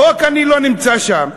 בחוק אני לא נמצא שם,